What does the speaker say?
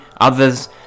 others